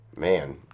man